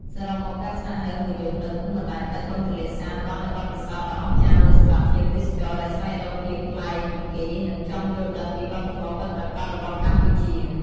សរុបមក ការស្នាក់នៅមួយយប់នៅភូមិបណ្ដែតទឹកបឹងទន្លេសាបផ្ដល់នូវបទពិសោធន៍ដ៏អស្ចារ្យមួយសម្រាប់ភ្ញៀវទេសចរដែលស្វែងរកភាពប្លែកពីគេ និងចង់យល់ដឹងពីវប្បធម៌ពិតប្រាកដរបស់កម្ពុជា។